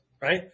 Right